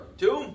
two